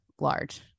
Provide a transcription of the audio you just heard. large